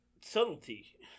Subtlety